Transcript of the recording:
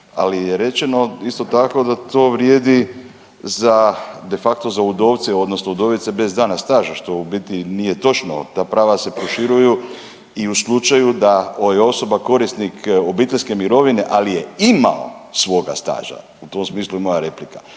ali je rečeno isto tako da to vrijedi za de facto za udovce odnosno udovice bez dana staža što u biti nije točno, ta prava se proširuju i slučaju da ako je osoba korisnik obiteljske mirovine ali je imao svoga staža, u tom smislu je moja replika.